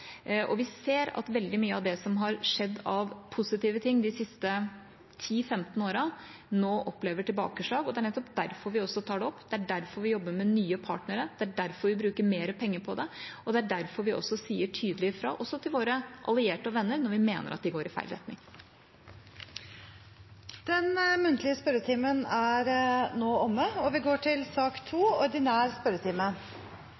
Vi ser at veldig mye av det som har skjedd av positive ting de siste 10–15 årene, nå opplever tilbakeslag, og det er nettopp derfor vi tar det opp. Det er derfor vi jobber med nye partnere, det er derfor vi bruker mer penger på det, og det er derfor vi sier tydelig fra også til våre allierte og venner når vi mener de går i feil retning. Den muntlige spørretimen er nå omme, og vi går til